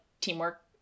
teamwork